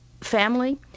family